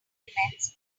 elements